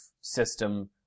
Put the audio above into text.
system